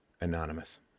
anonymous